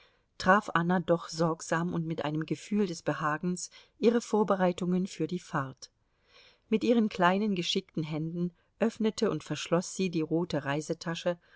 traf anna doch sorgsam und mit einem gefühl des behagens ihre vorbereitungen für die fahrt mit ihren kleinen geschickten händen öffnete und verschloß sie die rote reisetasche